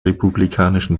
republikanischen